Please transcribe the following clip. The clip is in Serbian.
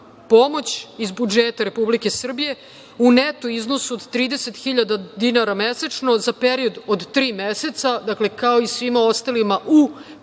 pomoć iz budžeta Republike Srbije u neto iznosu od 30.000 dinara mesečno za period od tri meseca. Dakle, kao i svima ostalima u privredi,